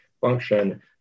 function